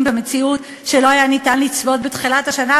במציאות שלא היה אפשר לצפות בתחילת השנה.